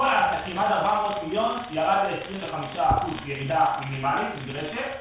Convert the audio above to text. כל העסקים עד 400 מיליון ירד ל-25% ירידה מינימלית נדרשת.